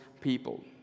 people